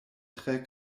tre